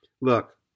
Look